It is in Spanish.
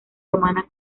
romana